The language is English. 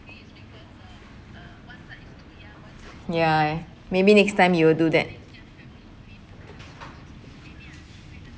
ya maybe next time you will do that